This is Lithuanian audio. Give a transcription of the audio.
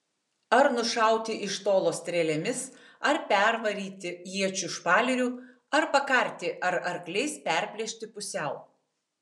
ar nušauti iš tolo strėlėmis ar pervaryti iečių špaleriu ar pakarti ar akliais perplėšti pusiau